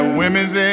women's